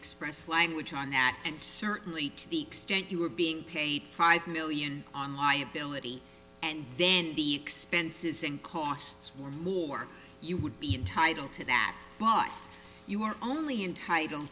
express language on that and certainly to the extent you were being paid five million on liability and then the expenses in costs were more you would be entitled to that but you are only entitled